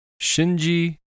Shinji